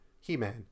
He-Man